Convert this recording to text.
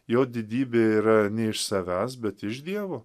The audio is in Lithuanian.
jo didybė yra ne iš savęs bet iš dievo